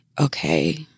okay